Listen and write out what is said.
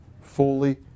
Fully